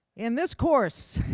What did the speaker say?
in this course,